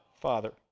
Father